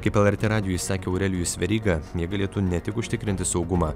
kaip lrt radijui sakė aurelijus veryga jie galėtų ne tik užtikrinti saugumą